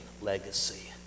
legacy